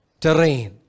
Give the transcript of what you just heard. terrain